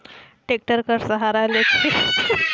tractor कर सहारा ले खेत ल सम करे कर काम कोड़ी ले ही होथे